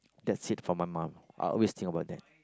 that's it for my mum I will always think about that